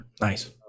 nice